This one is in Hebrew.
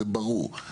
זה ברור.